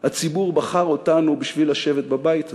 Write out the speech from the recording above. הציבור בחר אותנו בשביל לשבת בבית הזה,